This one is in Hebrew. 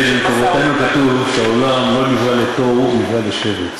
העולם לא נברא לתוהו, הוא נברא לשבת.